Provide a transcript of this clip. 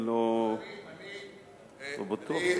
אני לא בטוח בזה.